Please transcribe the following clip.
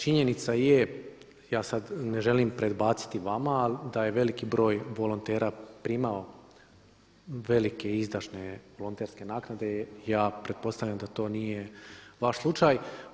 Činjenica je, ja sad ne želim predbaciti vama ali da je veliki broj volontera primao velike izdašne volonterske naknade ja pretpostavljam da to nije vaš slučaj.